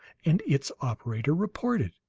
and its operator reported.